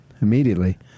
immediately